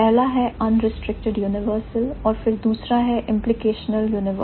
पहला है unrestricted universal और फिर दूसरा है implicational universal